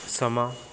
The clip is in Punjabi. ਸਮਾਂ